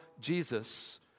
Jesus